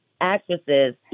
actresses